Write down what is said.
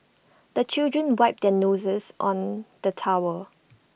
the children wipe their noses on the towel